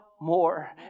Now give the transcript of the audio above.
more